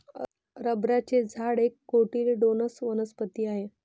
रबराचे झाड एक कोटिलेडोनस वनस्पती आहे